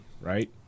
right